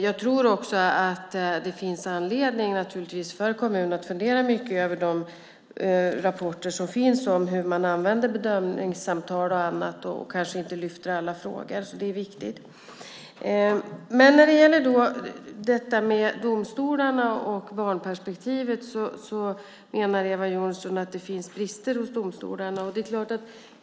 Jag tror också att det finns anledning för kommunerna att fundera över de rapporter som finns om hur man använder bedömningssamtal. När det gäller domstolarna och barnperspektivet menar Eva Johnsson att det finns brister hos domstolarna.